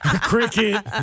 cricket